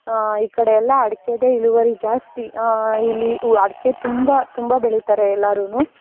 ಈ ಕಡೆ ಎಲ್ಲ ಅಡಿಕೆದೆ ಇಳುವರಿ ಜಾಸ್ತಿ ಇಲ್ಲಿ ವ ಅಡಿಕೆ ತುಂಬ ತುಂಬ ಬೆಳಿತಾರೆ ಎಲ್ಲಾರೂ